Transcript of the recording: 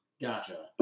Gotcha